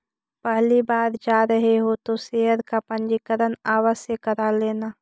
पहली बार जा रहे हो तो शेयर का पंजीकरण आवश्य करा लेना